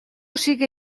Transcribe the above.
sigue